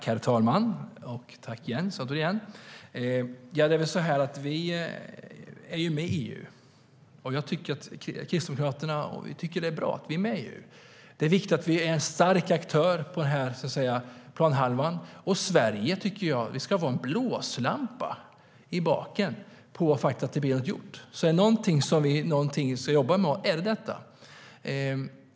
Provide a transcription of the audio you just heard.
Herr talman! Återigen tack, Jens Holm! Vi är med i EU. Kristdemokraterna tycker att det är bra att vi är med i EU. Det är viktigt att vi är en stark aktör på den här planhalvan. Sverige ska vara en blåslampa i baken så att det blir något gjort. Är det någonting som vi jobbar med är det detta.